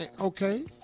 Okay